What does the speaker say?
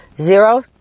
Zero